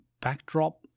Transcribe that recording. backdrop